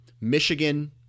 Michigan